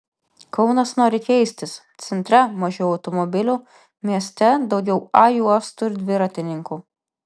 kaunas nori keistis centre mažiau automobilių mieste daugiau a juostų ir dviratininkų